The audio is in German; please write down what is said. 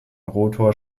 rotor